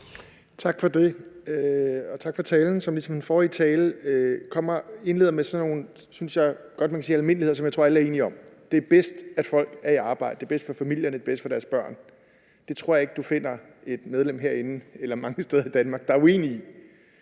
Tak for det, og tak for talen, som ligesom den forrige tale indleder med sådan nogle almindeligheder, som jeg tror alle er enige om: Det er bedst, at folk er i arbejde, det er bedst for familierne, og det bedst for deres børn. Det tror jeg ikke du finder et medlem herinde eller mange steder i Danmark der er uenig i.